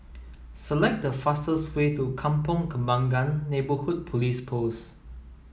select the fastest way to Kampong Kembangan Neighbourhood Police Post